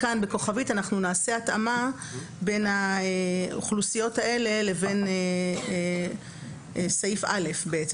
כאן בכוכבית אנחנו נעשה התאמה בין האוכלוסיות האלה לבין סעיף (א).